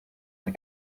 the